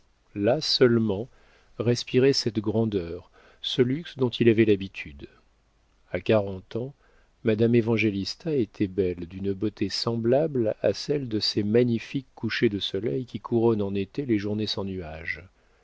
là seulement respirait cette grandeur ce luxe dont il avait l'habitude a quarante ans madame évangélista était belle d'une beauté semblable à celle de ces magnifiques couchers du soleil qui couronnent en été les journées sans nuages